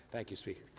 thank you, speaker.